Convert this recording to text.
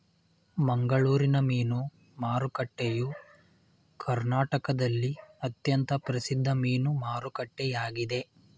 ಮಂಗಳೂರಿನ ಮೀನು ಮಾರುಕಟ್ಟೆಯು ಕರ್ನಾಟಕದಲ್ಲಿ ಅತ್ಯಂತ ಪ್ರಸಿದ್ಧ ಮೀನು ಮಾರುಕಟ್ಟೆಯಾಗಿದೆ